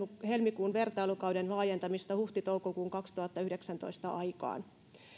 helmikuun vertailukauden laajentamista huhti toukokuun kaksituhattayhdeksäntoista aikaan